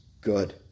good